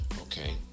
Okay